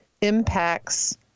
impacts